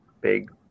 big